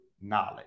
knowledge